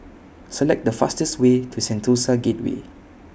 Select The fastest Way to Sentosa Gateway